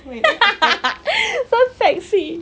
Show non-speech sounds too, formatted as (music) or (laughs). (laughs) so sexy